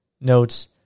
notes